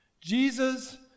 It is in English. Jesus